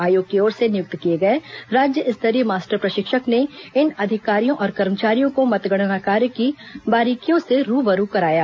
आयोग की ओर से नियुक्त किए गए राज्य स्तरीय मास्टर प्रशिक्षक ने इन अधिकारियों और कर्मचारियों को मतगणना कार्य की बारीकियों से रूबरू कराया